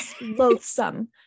loathsome